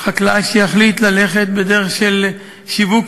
חקלאי שיחליט ללכת בדרך של שיווק